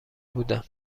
بودم